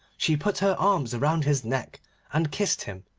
she put her arms round his neck and kissed him,